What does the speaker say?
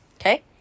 Okay